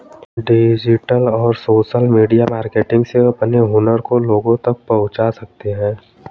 digital और social media marketing से अपने हुनर को लोगो तक पहुंचा सकते है